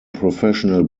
professional